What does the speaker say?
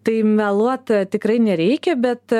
tai meluot tikrai nereikia bet